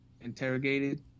interrogated